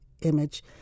image